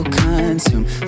consumed